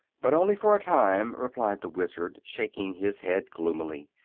but only for a time, replied the wizard, shaking his head gloomily.